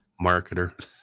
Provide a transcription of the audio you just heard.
Marketer